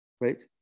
right